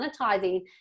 monetizing